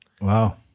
Wow